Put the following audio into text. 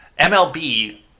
MLB